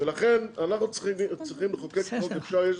ולכן אנחנו צריכים לחוקק חוק.